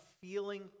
feeling